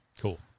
Cool